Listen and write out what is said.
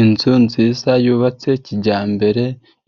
Inzu nziza yubatse kijyambere